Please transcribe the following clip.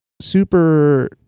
super